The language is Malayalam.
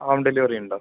ഹോം ഡെലിവറി ഉണ്ടോ